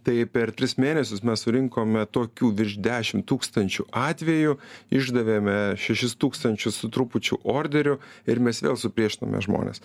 tai per tris mėnesius mes surinkome tokių virš dešim tūkstančių atvejų išdavėme šešis tūkstančius su trupučiu orderių ir mes vėl supriešinome žmones